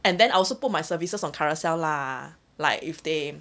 and then I also put my services on carousell lah like if they